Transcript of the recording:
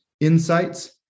insights